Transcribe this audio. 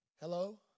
hello